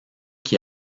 qui